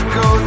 go